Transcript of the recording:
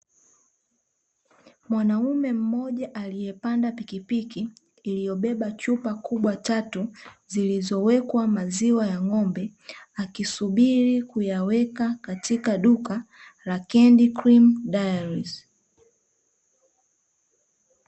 Mwanaume mmoja aliyepanda pikipiki iliyobeba chupa kubwa tatu zilizowekwa maziwa ya ng'ombe, akisubiri kuyaweka katika duka la Candy cream dairies.